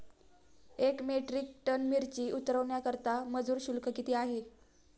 एक metric ton मिरची उतरवण्याकरता मजूर शुल्क किती आहे?